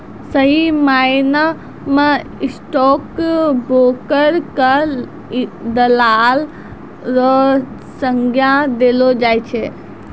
सही मायना म स्टॉक ब्रोकर क दलाल र संज्ञा देलो जाय छै